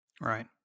Right